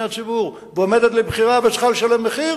הציבור ועומדת לבחירה וצריכה לשלם מחיר